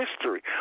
history